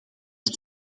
dat